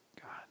God